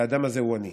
האדם הזה הוא אני,